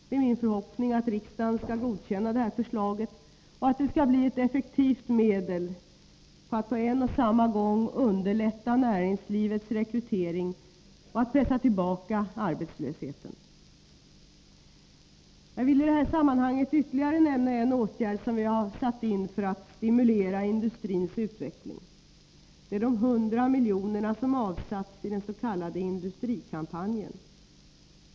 Det är min förhoppning att riksdagen skall godkänna detta förslag och att det skall bli ett effektivt medel för att på en och samma gång underlätta näringslivets rekrytering och att pressa tillbaka arbetslösheten. Jag vill i det här sammanhanget nämna ytterligare en åtgärd som vi har satt in för att stimulera industrins utveckling. Det är de 100 miljonerna som avsatts till den s.k. industrikampanjen.